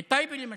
בטייבה למשל,